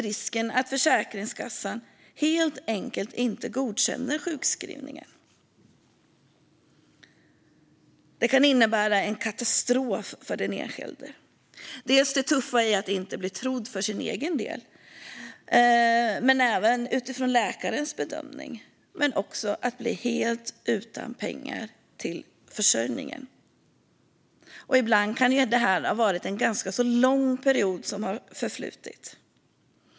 Detta kan innebära en katastrof för den enskilde. Det är tufft att inte bli trodd utifrån sin egen och även läkarens bedömning. Men det är också tufft att bli helt utan pengar till försörjningen. Ibland kan det vara en ganska lång period som har förflutit.